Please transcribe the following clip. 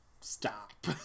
Stop